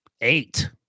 eight